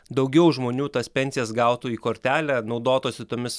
daugiau žmonių tas pensijas gautų į kortelę naudotųsi tomis